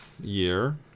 year